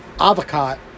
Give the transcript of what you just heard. avocado